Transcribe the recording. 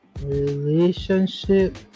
relationship